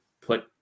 put